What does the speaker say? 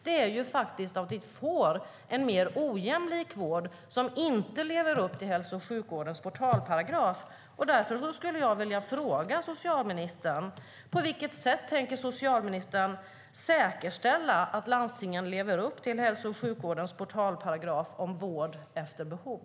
Det leder till att vi får en mer ojämlik vård som inte lever upp till hälso och sjukvårdens portalparagraf. Därför vill jag fråga socialministern: På vilket sätt tänker socialministern säkerställa att landstingen lever upp till hälso och sjukvårdens portalparagraf om vård efter behov?